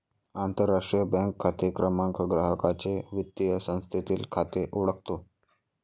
आंतरराष्ट्रीय बँक खाते क्रमांक ग्राहकाचे वित्तीय संस्थेतील खाते ओळखतो